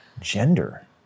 Gender